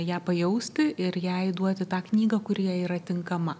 ją pajausti ir jai duoti tą knygą kuri jai yra tinkama